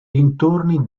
dintorni